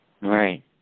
Right